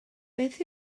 beth